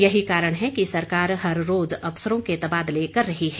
यही कारण है कि सरकार हर रोज अफसरों के तबादले कर रही है